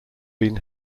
been